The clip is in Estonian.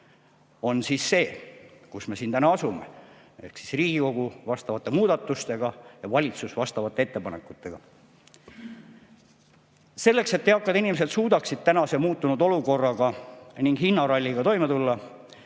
on see, kus me täna asume – Riigikogu vastavate muudatustega ja ka valitsus vastavate ettepanekutega. Selleks, et eakad inimesed suudaksid muutunud olukorra ning hinnaralliga toime tulla,